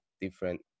different